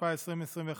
התשפ"א 2021,